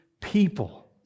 people